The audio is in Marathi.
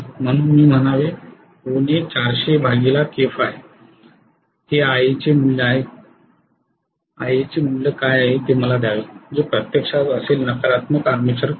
म्हणून मी म्हणावे Ia मूल्य काय आहे ते मला द्यावे जे प्रत्यक्षात असेल नकारात्मक आर्मेचर करंट